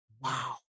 Wow